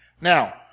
Now